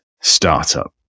startup